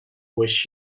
wish